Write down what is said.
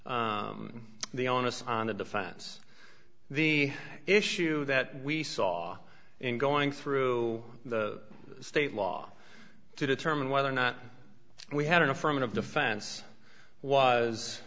puts the onus on the defense the issue that we saw in going through the state law to determine whether or not we had an affirmative defense was